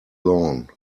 lawn